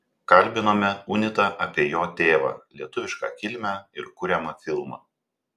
kalbinome unitą apie jo tėvą lietuvišką kilmę ir kuriamą filmą